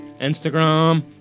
Instagram